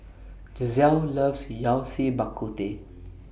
Giselle loves Yao Cai Bak Kut Teh